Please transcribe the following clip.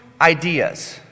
ideas